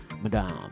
madame